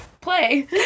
play